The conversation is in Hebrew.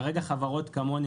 כרגע חברות כמוני,